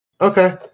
Okay